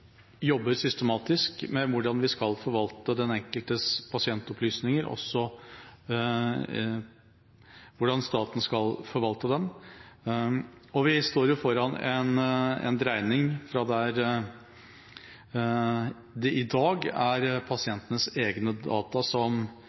jobber systematisk med hvordan staten skal forvalte den enkeltes pasientopplysninger. Vi står foran en dreining fra der det i dag er pasientenes egne data som